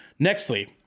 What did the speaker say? Nextly